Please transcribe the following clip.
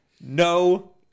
No